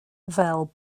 fel